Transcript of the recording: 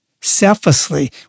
selflessly